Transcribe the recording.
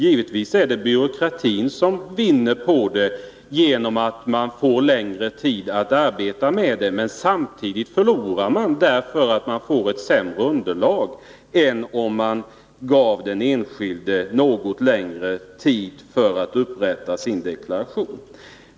Givetvis är det skattebyråkratin som vinner på det genom att man får längre tid att arbeta med granskningen. Men samtidigt förlorar samma byråkrati på detta, eftersom man får ett sämre underlag än om man gav den enskilde något längre tid för att upprätta sin deklaration.